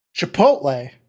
Chipotle